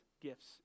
gifts